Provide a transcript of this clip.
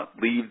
leave